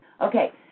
okay